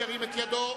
ירים את ידו.